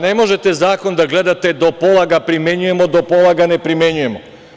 Ne možete zakon da gledate – do pola ga primenjujemo, do pola ga ne primenjujemo.